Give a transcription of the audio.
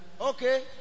Okay